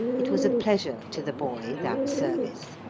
it was a pleasure to the boy, that service.